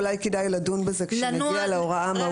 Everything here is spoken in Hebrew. אולי כדאי לדון בזה עת נגיע להוראה המהותית.